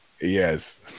Yes